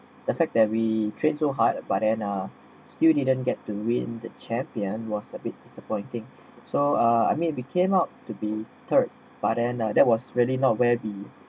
the fact that we trained so hard but then uh still didn't get to win the champion was a bit disappointing so uh I mean we came out to be third but then uh that was really not where we